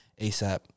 ASAP